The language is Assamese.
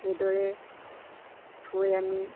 সেইদৰে থৈ আমি